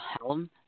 Helm